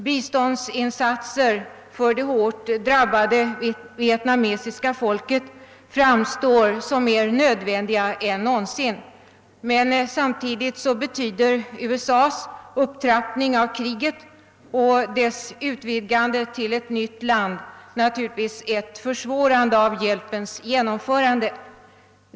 Biståndsinsatser för det hårt drabbade vietnamesiska folket framstår som mer nödvändiga än någonsin, men samtidigt betyder USA:s upptrappning av kriget och dettas utvidgande till ett nytt land naturligtvis ett försvårande av hjälpens genomförande.